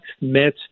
met